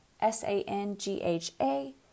S-A-N-G-H-A